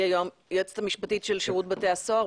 היועצת המשפטית של שירות בתי הסוהר.